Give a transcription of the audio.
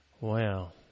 Wow